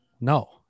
no